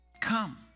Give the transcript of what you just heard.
come